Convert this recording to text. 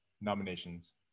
nominations